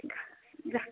जा